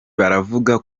baravuga